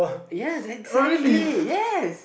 yes exactly yes